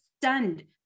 stunned